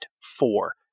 four